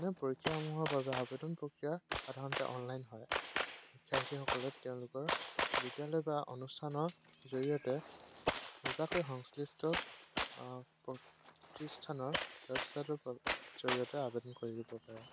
এনে পৰীক্ষাসমূহৰ বাবে আৱেদন প্ৰক্ৰিয়া সাধাৰণতে অনলাইন হয় শিক্ষাৰ্থীসকলে তেওঁলোকৰ বিদ্যালয় বা অনুষ্ঠানৰ জৰিয়তে সংশ্লিষ্ট প্ৰতিষ্ঠানৰ ব্যৱস্থাটোৰ জৰিয়তে আবেদন কৰি দিব পাৰে